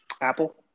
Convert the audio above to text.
apple